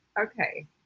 okay